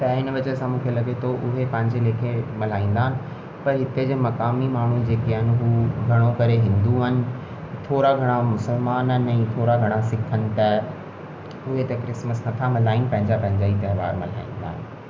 त हिन वजह सां मूंखे लॻे थो उहे पंहिंजे लेखे मल्हाईंदा आहिनि पर हिते जे मकामी माण्हू जेके आहिनि उहो घणो करे हिंदू आहिनि थोरा घणा मुसलमान आहिनि थोरा घणा सिख आहिनि त उहे त क्रिसमस नथा मल्हाइनि पंहिंजा पंहिंजा त्योहारु मल्हाईंदा आहिनि